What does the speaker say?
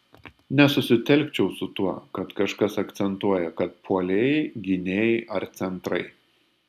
nesusitelkčiau su tuo kad kažkas akcentuoja kad puolėjai gynėjai ar centrai